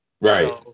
Right